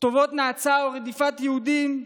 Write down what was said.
כתובות נאצה או רדיפת יהודים,